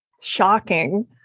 shocking